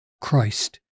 Christ